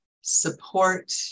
support